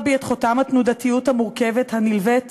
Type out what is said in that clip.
בי את חותם התנודתיות המורכבת הנלווית